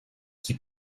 qui